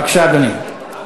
בבקשה, אדוני.